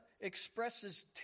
expresses